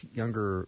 younger